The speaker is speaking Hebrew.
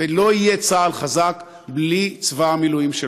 ולא יהיה צה"ל חזק בלי צבא המילואים.